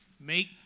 Make